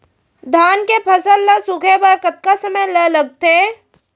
धान के फसल ल सूखे बर कतका समय ल लगथे?